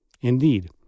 Indeed